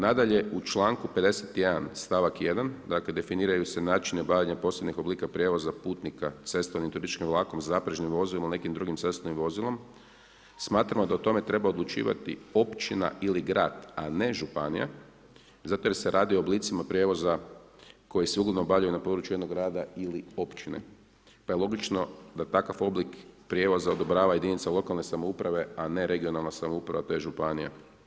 Nadalje, u članku 51. stavak 1. dakle definiraju se način obavljanja posebnih oblika prijevoza putnika cestovnim i turističkim vlakom, zaprežnim vozilom ili nekim drugim cestovnim vozilom, smatramo da o tome treba odlučivati općina ili grad, a ne županija zato jer se radi o oblicima prijevoza koji se … obavljaju na području jednog grada ili općine, pa je logično da takav oblik prijevoza odobrava jedinica lokalne samouprave, a ne regionalna samouprava tj. županija.